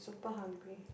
but hungry